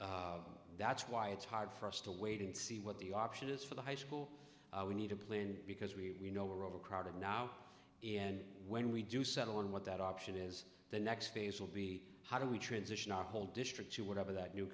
so that's why it's hard for us to wait and see what the option is for the high school we need to play in because we know we're overcrowded now and when we do settle in what that option is the next phase will be how do we transition our whole district to whatever that new